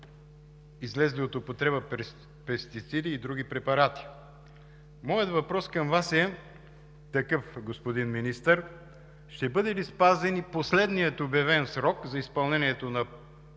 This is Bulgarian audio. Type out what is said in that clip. излезли от употреба пестициди и други препарати. Моят въпрос към Вас е такъв, господин Министър: ще бъде ли спазен и последният обявен срок за изпълнението на